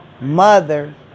mother